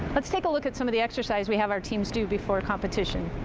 let's take a look at some of the exercises we have our teams do before a competition.